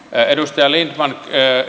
edustaja lindtman